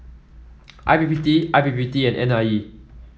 I P P T I P P T and N I E